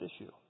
issue